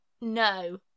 No